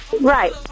Right